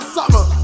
Summer